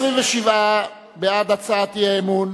27 בעד הצעת האי-אמון,